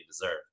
deserve